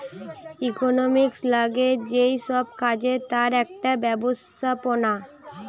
economics লাগে যেই সব কাজে তার একটা ব্যবস্থাপনা